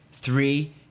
three